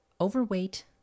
overweight